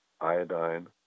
iodine